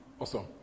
Awesome